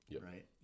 right